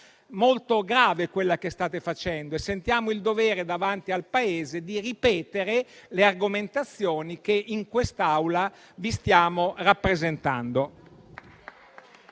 molto grave quella che state facendo. E sentiamo il dovere, davanti al Paese, di ripetere le argomentazioni che in quest'Aula vi stiamo rappresentando.